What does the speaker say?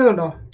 so no